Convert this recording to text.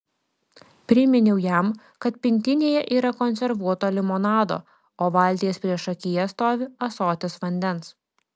priminiau jam kad pintinėje yra konservuoto limonado o valties priešakyje stovi ąsotis vandens